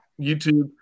YouTube